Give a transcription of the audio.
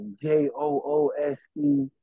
J-O-O-S-E